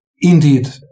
indeed